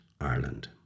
Ireland